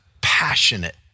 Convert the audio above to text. passionate